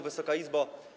Wysoka Izbo!